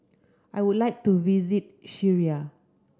I would like to visit Syria